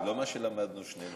לא מה שלמדנו שנינו,